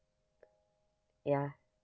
ya